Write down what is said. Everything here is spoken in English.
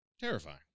terrifying